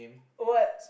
what